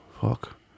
fuck